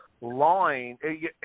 line